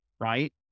right